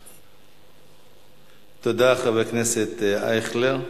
תודה, חבר הכנסת אייכלר.